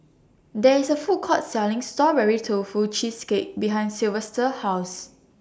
There IS A Food Court Selling Strawberry Tofu Cheesecake behind Silvester's House